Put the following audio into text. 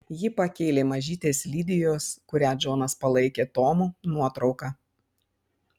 ji pakėlė mažytės lidijos kurią džonas palaikė tomu nuotrauką